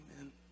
Amen